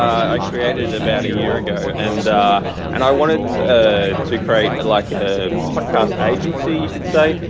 i created about a year ago. and and i wanted to create like a podcast agency, you could say.